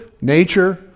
nature